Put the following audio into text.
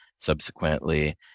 subsequently